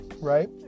right